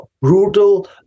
brutal